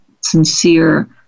Sincere